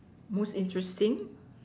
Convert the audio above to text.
most interesting